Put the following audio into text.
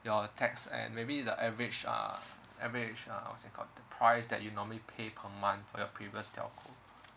your tax and maybe the average uh average uh what's that called the price that you normally pay per month for your previous telco